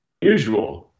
usual